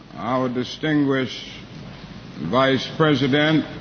our distinguished vice president,